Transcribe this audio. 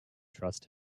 trust